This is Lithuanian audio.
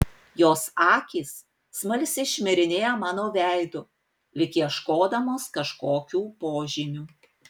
jos akys smalsiai šmirinėja mano veidu lyg ieškodamos kažkokių požymių